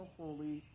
holy